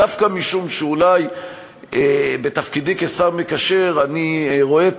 דווקא משום שאולי בתפקידי כשר המקשר אני רואה את